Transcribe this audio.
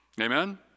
Amen